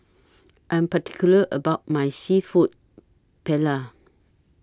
I'm particular about My Seafood Paella